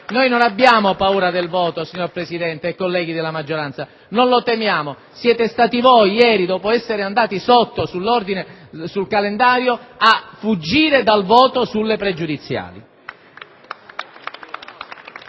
noi non abbiamo paura del voto, signor Presidente, colleghi della maggioranza, non lo temiamo. Siete stati voi, ieri, dopo essere andati in minoranza sul calendario a fuggire dal voto sulle pregiudiziali.